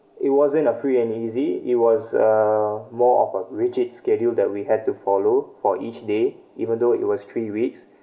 it wasn't a free and easy it was uh more of a rigid schedule that we had to follow for each day even though it was three weeks